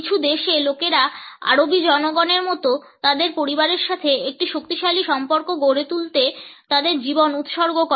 কিছু দেশে লোকেরা আরবি জনগণের মতো তাদের পরিবারের সাথে একটি শক্তিশালী সম্পর্ক গড়ে তুলতে তাদের জীবন উৎসর্গ করে